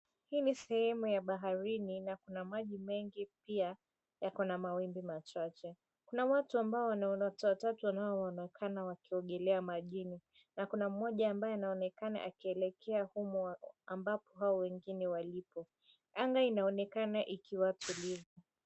Hii ni sehemu ya baharini na kuna maji mengi pia yako na mawimbi machache. Kuna watu ambao naona watu watatu wanaonekana wakiogelea majini na kuna mmoja ambaye anaonekana akielekea humo ambapo hao wengine walipo. Anga inaonekana ikiwa tulivu.